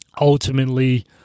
Ultimately